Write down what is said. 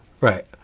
right